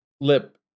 lip